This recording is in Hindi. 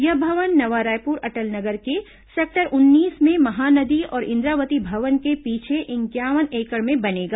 यह भवन नवा रायपुर अटल नगर के सेक्टर उन्नीस में महानदी और इंद्रावती भवन के पीछे इंक्यावन एकड़ में बनेगा